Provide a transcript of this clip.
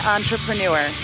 Entrepreneur